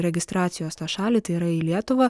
registracijos tą šalį tai yra į lietuvą